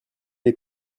les